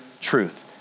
truth